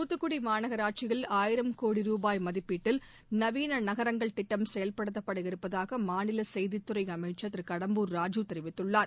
தூத்துக்குடி மாநகராட்சியில் ஆயிரம் கோடி ரூபாய் மதிப்பீட்டில் நவீன நகரங்கள் திட்டம் செயல்படுத்தப்பட இருப்பதாக மாநில செய்தித்துறை அமைச்சர் திரு கடம்பூர் ராஜூ தெரிவித்துள்ளார்